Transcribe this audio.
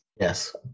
Yes